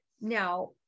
Now